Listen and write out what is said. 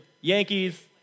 Yankees